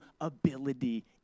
ability